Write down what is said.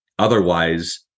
Otherwise